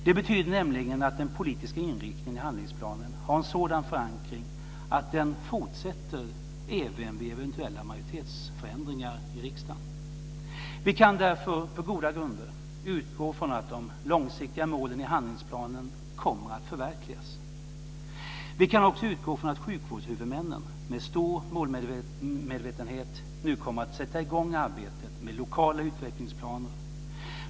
Det betyder nämligen att den politiska inriktningen i handlingsplanen har en sådan förankring att den fortsätter vid eventuella majoritetsförändringar i riksdagen. Vi kan därför på goda grunder utgå från att de långsiktiga målen i handlingsplanen kommer att förverkligas. Vi kan också utgå från att sjukvårdshuvudmännen med stor målmedvetenhet nu kommer att sätta i gång arbetet med lokala utvecklingsplaner.